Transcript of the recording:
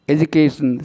Education